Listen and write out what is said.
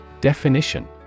Definition